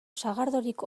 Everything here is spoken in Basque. sagardorik